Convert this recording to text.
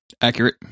Accurate